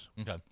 Okay